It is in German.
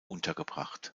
untergebracht